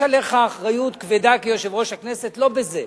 יש עליך אחריות כבדה כיושב-ראש הכנסת, לא בזה.